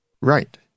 Right